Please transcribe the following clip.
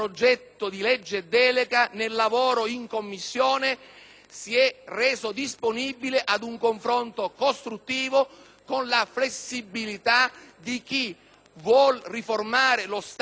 si è reso disponibile ad un confronto costruttivo, con la flessibilità di chi vuole riformare lo Stato, ma sa di non poterlo fare in solitudine: